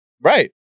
right